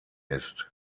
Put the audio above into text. ist